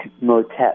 motet